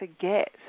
forget